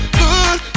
good